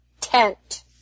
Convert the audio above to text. tent